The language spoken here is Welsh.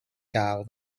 gael